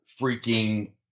freaking